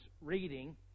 reading